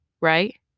right